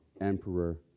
emperor